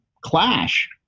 clash